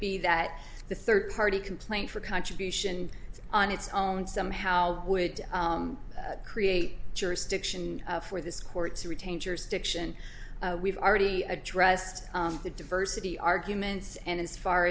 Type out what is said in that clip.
be that the third party complaint for contribution on its own somehow would create jurisdiction for this court to retain jurisdiction we've already addressed the diversity arguments and as far